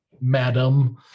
madam